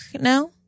now